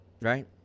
right